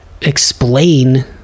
explain